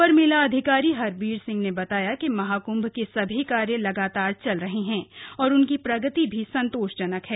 अपर मेला अधिकारी हरबीर सिंह ने बताया कि महाकृंभ के सभी कार्य लगातार चल रहे हैं और उनकी प्रगति भी संतोषजनक है